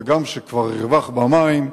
וגם כשכבר ירווח במים,